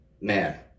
man